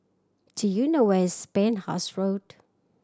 do you know where is Penhas Road